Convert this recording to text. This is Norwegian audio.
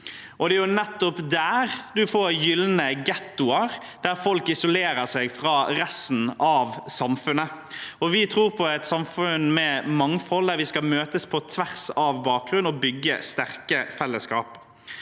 Det er nettopp der man får gylne gettoer, der folk isolerer seg fra resten av samfunnet. Vi tror på et samfunn med mangfold, der vi skal møtes på tvers av bakgrunn og bygge sterke fellesskap.